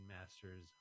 Master's